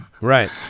right